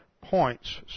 points